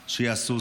שיעשו זאת.